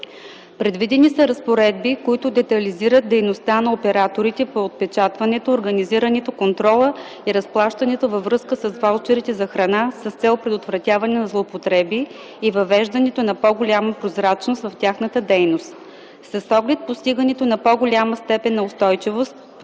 Предвидени са разпоредби, които детайлизират дейността на операторите по отпечатването, организирането, контрола и разплащането във връзка с ваучерите за храна, с цел предотвратяване на злоупотреби и въвеждането на по-голяма прозрачност в тяхната дейност. С оглед постигането на по-голяма степен на устойчивост,